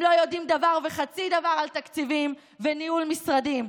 הם לא יודעים דבר וחצי דבר על תקציבים וניהול משרדים,